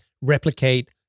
Replicate